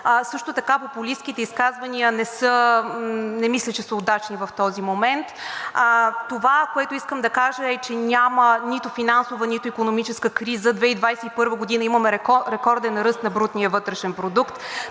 Също така популистките изказвания не мисля, че са удачни в този момент. Това, което искам да кажа, е, че няма нито финансова, нито икономическа криза. През 2021 г. имаме рекорден ръст на брутния вътрешен продукт,